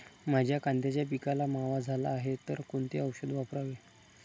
माझ्या कांद्याच्या पिकाला मावा झाला आहे तर कोणते औषध वापरावे?